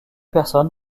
personne